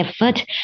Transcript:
effort